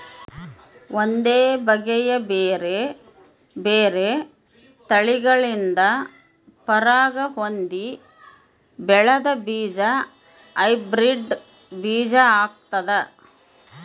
ಒಂದೇ ಬಗೆಯ ಬೇರೆ ಬೇರೆ ತಳಿಗಳಿಂದ ಪರಾಗ ಹೊಂದಿ ಬೆಳೆದ ಬೀಜ ಹೈಬ್ರಿಡ್ ಬೀಜ ಆಗ್ತಾದ